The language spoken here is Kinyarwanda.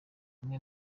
amwe